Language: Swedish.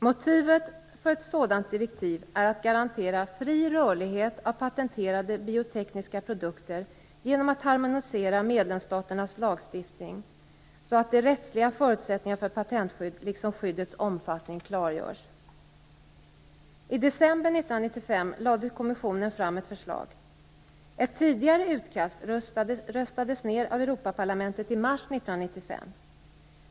Motivet för ett sådant direktiv är att garantera fri rörlighet av patenterade biotekniska produkter genom att harmonisera medlemsstaternas lagstiftning så att de rättsliga förutsättningarna för patentskydd liksom skyddets omfattning klargörs. I december 1995 lade kommissionen fram ett förslag. Ett tidigare utkast röstades ned av Europaparlamentet i mars 1995.